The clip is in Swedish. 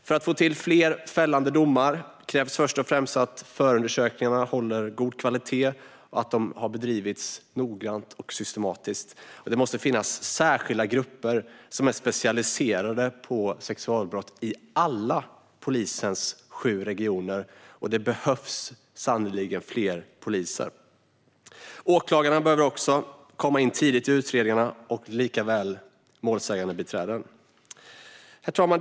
För att få till fler fällande domar krävs först och främst att förundersökningarna håller god kvalitet och att de har bedrivits noggrant och systematiskt. Det måste finnas särskilda grupper som är specialiserade på sexualbrott i alla polisens sju regioner, och det behövs sannerligen fler poliser. Åklagarna behöver också komma in tidigt i utredningarna, liksom målsägandebiträden. Herr talman!